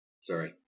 Sorry